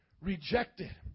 rejected